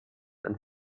and